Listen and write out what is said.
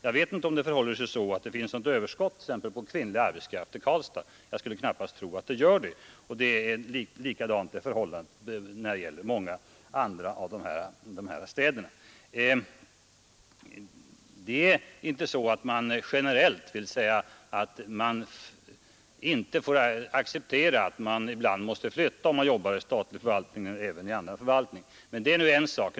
Jag vet inte om det finns något överskott på t.ex. kvinnlig arbetskraft i Karlstad jag skulle knappast tro att det gör det. Likadant är det i många av de städer dit verken skall utlokaliseras. Det är inte så att man generellt vill säga att de som arbetar inom statlig eller annan förvaltning inte kan acceptera att de ibland måste flytta, men det är en sak.